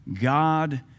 God